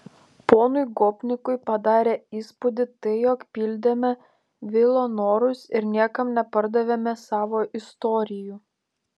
ponui gopnikui padarė įspūdį tai jog pildėme vilo norus ir niekam nepardavėme savo istorijų